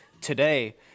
today